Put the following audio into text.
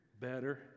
better